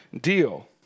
deal